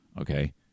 Okay